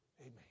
Amen